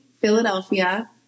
Philadelphia